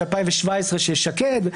2017 של שקד,